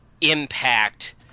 impact